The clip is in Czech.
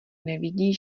nevidí